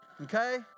okay